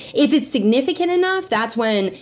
if it's significant enough that's when,